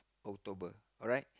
October alright